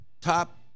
top